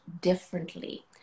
differently